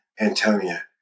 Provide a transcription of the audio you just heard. Antonia